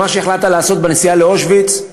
ומה שהחלטת לעשות בנסיעה לאושוויץ,